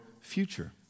future